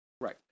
Right